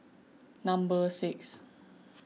number six